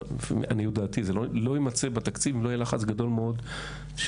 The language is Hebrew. לעניות דעתי זה לא יימצא בתקציב אם לא יהיה לחץ גדול מאוד -- שלנו.